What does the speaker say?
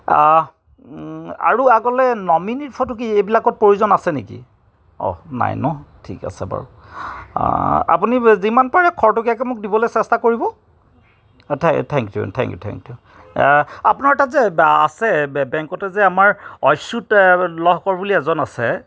আৰু আগলৈ nominee photo কি এইবিলাকত প্ৰয়োজন আছে নেকি অহ্ নাই ন ঠিক আছে বাৰু আপুনি যিমান পাৰে খৰতকীয়াকৈ মোক দিবলৈ চেষ্টা কৰিব থে thank you thank you thank you আপোনাৰ তাত যে আছে বেংকতে যে আমাৰ অচ্যুত লহকৰ বুলি এজন আছে